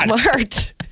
smart